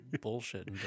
bullshit